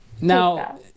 Now